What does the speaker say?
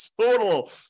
total